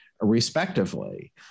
respectively